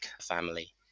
family